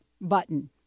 button